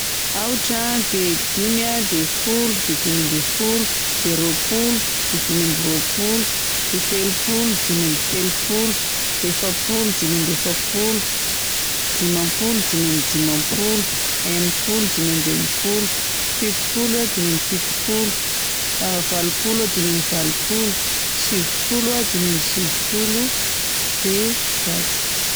Aotra dia dimy a, dia folo, dia dimy amin'ny folo, dia roapolo, dia dimy amby roapolo, dia telopolo, dimy amby telopolo, efapolo, dimy amby efapolo, dimampolo, dimy amby dimampolo, enimpolo, dimy amby enimpolo, fitopoloa, dimy amby fitopolo, valopolo, dimy amby valopolo, sivifolo a, dimy amby sivifolo, dia zato.